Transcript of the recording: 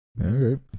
Okay